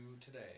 today